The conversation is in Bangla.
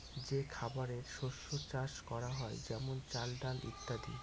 যে খাবারের শস্য চাষ করা হয় যেমন চাল, ডাল ইত্যাদি